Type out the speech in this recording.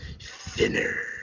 Thinner